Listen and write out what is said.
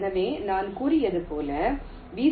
எனவே நான் கூறியது போல் வி